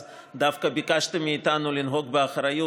אלא אז דווקא ביקשתם מאיתנו לנהוג באחריות,